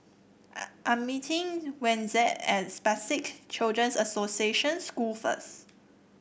I'm meeting Wenzel at Spastic Children's Association School first